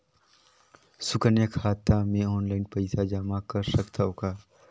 सुकन्या खाता मे ऑनलाइन पईसा जमा कर सकथव का?